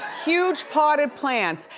huge potted plants.